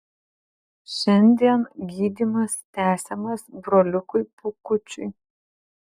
šiandien gydymas tęsiamas broliukui pūkučiui